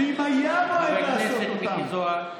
ואם היה מועד לעשות אותם, חבר הכנסת מיקי זוהר.